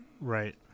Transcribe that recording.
right